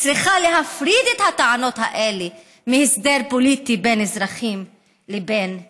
צריכה להפריד את הטענות האלה מהסדר פוליטי בין אזרחים לבין המדינה.